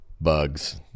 bugs